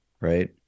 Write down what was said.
right